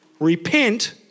repent